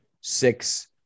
six